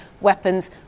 weapons